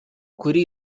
kurį